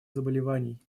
заболеваний